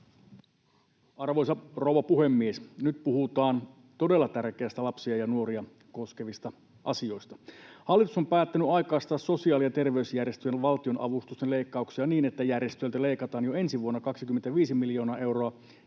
Arvoisa rouva puhemies! Nyt puhutaan todella tärkeistä lapsia ja nuoria koskevista asioista. Hallitus on päättänyt aikaistaa sosiaali- ja terveysjärjestöjen valtionavustusten leikkauksia niin, että järjestöiltä leikataan jo ensi vuonna 25 miljoonaa euroa